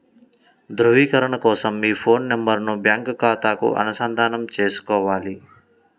ధ్రువీకరణ కోసం మీ ఫోన్ నెంబరును బ్యాంకు ఖాతాకు అనుసంధానం చేసుకోవాలి